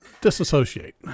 disassociate